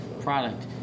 product